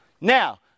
Now